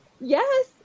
Yes